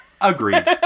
agreed